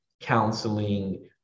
counseling